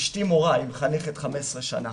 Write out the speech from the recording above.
אשתי מורה, היא מחנכת 15 שנה,